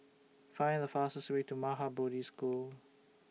Find The fastest Way to Maha Bodhi School